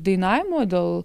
dainavimo dėl